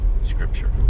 Scripture